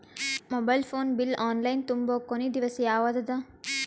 Mobile phone bill online ತುಂಬೊ ಕೊನಿ ದಿವಸ ಯಾವಗದ?